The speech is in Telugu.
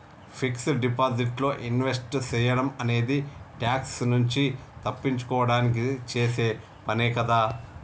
ఫిక్స్డ్ డిపాజిట్ లో ఇన్వెస్ట్ సేయడం అనేది ట్యాక్స్ నుంచి తప్పించుకోడానికి చేసే పనే కదా